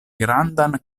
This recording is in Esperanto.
grandan